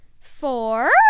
four